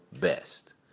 best